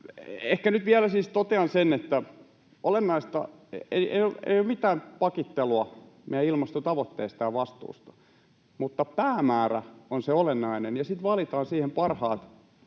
Ehkä nyt vielä siis totean, että ei ole mitään pakittelua meidän ilmastotavoitteesta ja vastuusta, mutta päämäärä on se olennainen, ja sitten valitaan siihen parhaat,